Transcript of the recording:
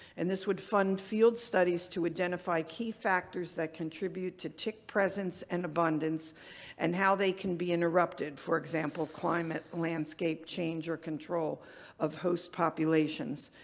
and this would fund field studies to identify key factors that contribute to tick presence and abundance and how they can be interrupted for example, climate landscape change or control of host populations.